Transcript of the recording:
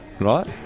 Right